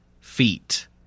feet